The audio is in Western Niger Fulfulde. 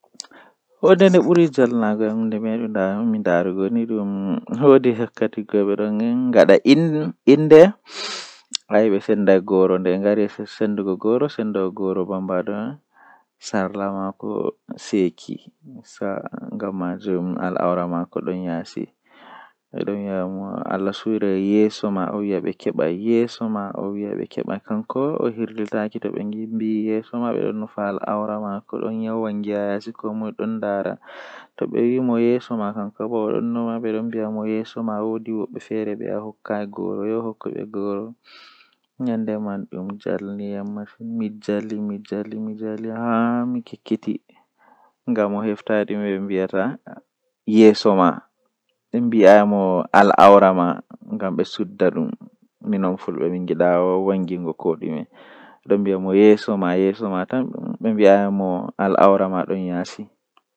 Jamanu ko saali be jamanu jotta feerotiri masin, Eh dalila bo kanjum woni naane be jamanu jooni ko dume hoiti naa ba naane kujeeji jei nane gada daya satodo amma jooni hundeeji man gaba daya hoyi ko a andi fuu.